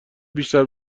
بیشتر